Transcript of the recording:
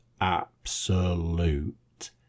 absolute